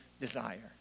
desire